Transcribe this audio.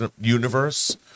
Universe